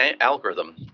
algorithm